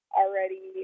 already